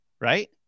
right